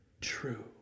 true